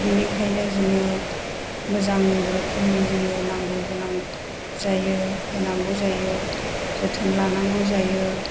बेनिखायनो जोङो मोजां रोखोमनि जोङो नांगौ गोनां जायो होनांगौ जायो जोथोन लानांगौ जायो